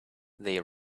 they